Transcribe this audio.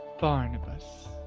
Barnabas